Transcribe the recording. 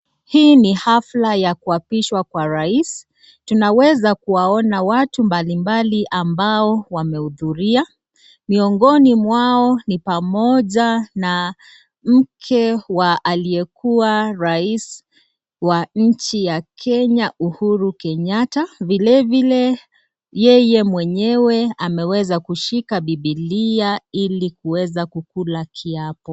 Hii ni hafla ya kuapishwa kwa rais. Tunaweza kuwaona watu mbalimbali ambao wamehudhuria, miongoni mwao ni pamoja na mke wa aliyekuwa rais wa nchi ya Kenya Uhuru Kenyatta. Vilevile yeye mwenyewe ameweza kushika bibilia ili kuweza kukula kiapo.